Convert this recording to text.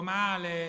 male